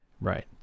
right